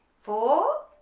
four